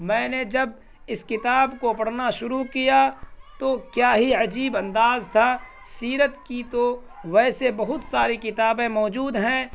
میں نے جب اس کتاب کو پڑھنا شروع کیا تو کیا ہی عجیب انداز تھا سیرت کی تو ویسے بہت ساری کتابیں موجود ہیں